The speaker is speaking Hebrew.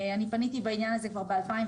אני פניתי בעניין הזה כבר ב-2018.